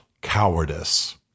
cowardice